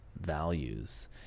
values